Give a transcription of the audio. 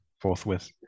forthwith